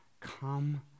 come